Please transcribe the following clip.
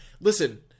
Listen